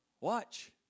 Watch